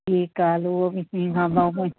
ठीकु आहे हल उहो बि थी हवा में